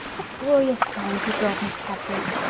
what glorious times you girls must have here!